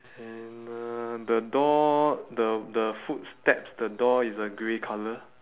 and uh the door the the footsteps the door is uh grey colour